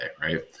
Right